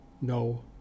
no